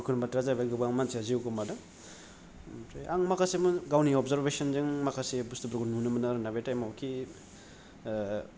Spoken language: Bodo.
दुखुनि बाथ्रायानो जादों गोबां मानसिया जिउ गोमादों आमफ्राय आं माखासे गावनि अबजारबेसशनजों माखासे बुसथुफोरखौ नुनो मोनदों आरोना बे टाइमाव खि